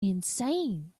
insane